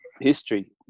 history